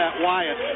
Wyatt